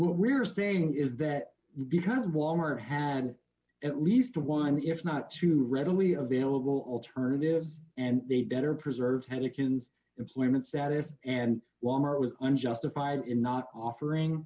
what we're saying is that because wal mart had at least one if not two readily available alternatives and they'd better preserve ten akins employment status and wal mart was unjustified in not offering